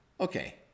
okay